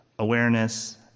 awareness